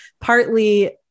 partly